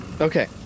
Okay